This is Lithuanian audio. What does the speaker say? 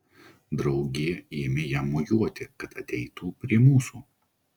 draugė ėmė jam mojuoti kad ateitų prie mūsų